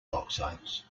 oxides